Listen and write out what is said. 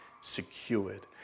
secured